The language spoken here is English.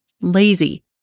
Lazy